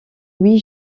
oui